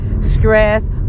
stress